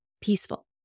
peaceful